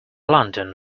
london